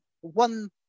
one